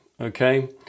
okay